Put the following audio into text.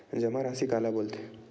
जमा राशि काला बोलथे?